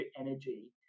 energy